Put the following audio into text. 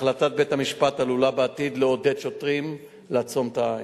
החלטת בית-המשפט עלולה בעתיד לעודד שוטרים לעצום את העין.